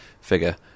figure